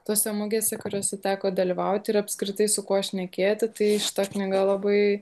tose mugėse kuriose teko dalyvaut ir apskritai su kuo šnekėti tai šita knyga labai